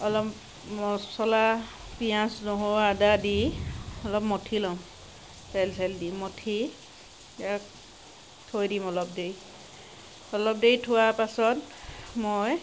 অলপ মচলা পিঁয়াজ নহৰু আদা দি অলপ মঠি লওঁ তেল চেল দি মঠি ইয়াক থৈ দিম অলপ দেৰি অলপ দেৰি থোৱাৰ পাছত মই